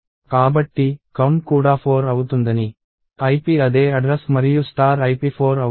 కాబట్టి కౌంట్ కూడా 4 అవుతుందని ip అదే అడ్రస్ మరియు ip 4 అవుతుంది